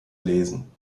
lesen